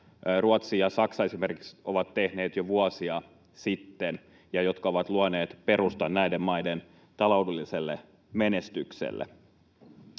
Ruotsi ja Saksa esimerkiksi ovat tehneet jo vuosia sitten ja jotka ovat luoneet perustan näiden maiden taloudelliselle menestykselle.